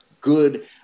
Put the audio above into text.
good